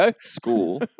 school